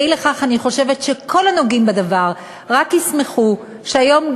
אי-לכך אני חושבת שכל הנוגעים בדבר רק ישמחו שהיום,